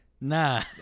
Nah